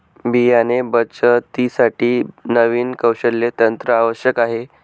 बियाणे बचतीसाठी नवीन कौशल्य तंत्र आवश्यक आहे